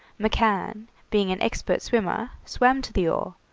mccann, being an expert swimmer, swam to the oar,